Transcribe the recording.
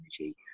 energy